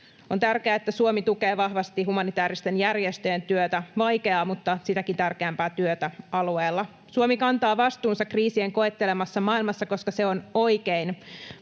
On tärkeää, että Suomi tukee vahvasti humanitääristen järjestöjen vaikeaa mutta sitäkin tärkeämpää työtä alueella. Suomi kantaa vastuunsa kriisien koettelemassa maailmassa, koska se on oikein,